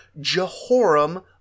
Jehoram